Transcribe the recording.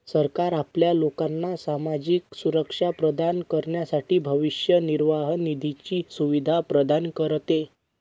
सरकार आपल्या लोकांना सामाजिक सुरक्षा प्रदान करण्यासाठी भविष्य निर्वाह निधीची सुविधा प्रदान करते